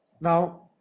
now